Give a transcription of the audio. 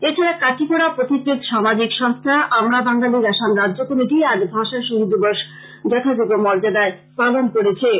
এছাড়া কাটিগড়া পথিক ও সামাজিক সংস্থা আমরা বাঙ্গালীর আসাম রাজ্য কমিটি আজ ভাষা শহীদ দিবস যথাযোগ্য মর্যাদায় পালন করেছে